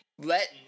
let